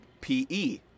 P-E